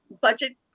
budget